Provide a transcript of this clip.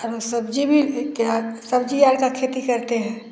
और सब्जी भी क्या सब्जी और का खेती करते हैं